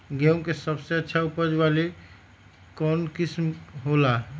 गेंहू के सबसे अच्छा उपज वाली कौन किस्म हो ला?